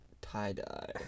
tie-dye